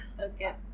Okay